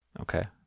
okay